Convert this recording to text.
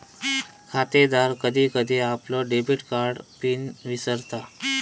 खातेदार कधी कधी आपलो डेबिट कार्ड पिन विसरता